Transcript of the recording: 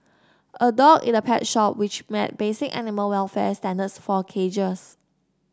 a dog in a pet shop which met basic animal welfare standards for cages